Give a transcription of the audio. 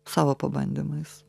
savo pabandymais